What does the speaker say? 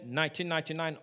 1999